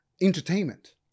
entertainment